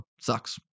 sucks